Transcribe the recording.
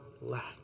lack